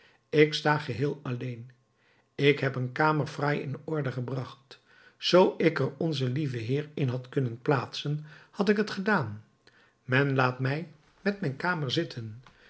ik sta geheel alleen ik heb een kamer fraai in orde gebracht zoo ik er onzen lieven heer in had kunnen plaatsen had ik het gedaan men laat mij met mijn kamer zitten